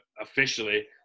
officially